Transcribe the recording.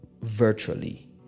virtually